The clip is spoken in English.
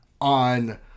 on